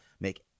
make